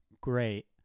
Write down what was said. great